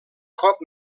cop